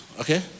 Okay